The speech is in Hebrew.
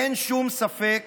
אין שום ספק